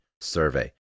survey